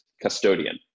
custodian